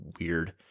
weird